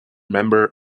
member